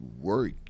work